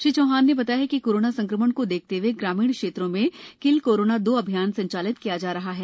श्री चौहान ने बताया कि कोरोना संक्रमण को देखते हए ग्रामीण क्षेत्र में किल कोरोना दो अभियान संचालित किया जा रहा है